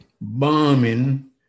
bombing